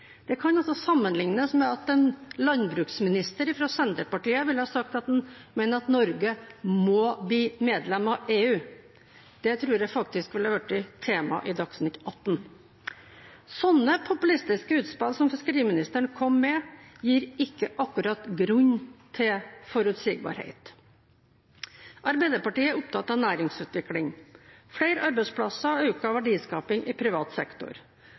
Det kan sammenlignes med at en landbruksminister fra Senterpartiet hadde sagt at han mener Norge må bli medlem av EU. Det tror jeg faktisk ville blitt tema i Dagsnytt atten. Slike populistiske utspill som fiskeriministeren kom med, gir ikke akkurat grunn til forutsigbarhet. Arbeiderpartiet er opptatt av næringsutvikling, flere arbeidsplasser og økt verdiskaping i privat sektor.